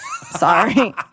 Sorry